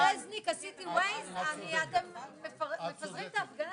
זה אומר לנו משהו על סדרי עדיפויות שבהן כל מחלה